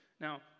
Now